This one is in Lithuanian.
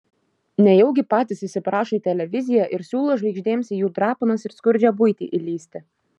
nejaugi patys įsiprašo į televiziją ir siūlo žvaigždėms į jų drapanas ir skurdžią buitį įlįsti